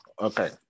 okay